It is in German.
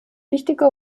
wichtige